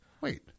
Wait